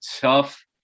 tough